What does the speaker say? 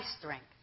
strength